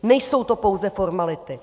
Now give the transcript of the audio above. Nejsou to pouze formality!